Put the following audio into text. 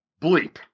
bleep